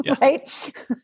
Right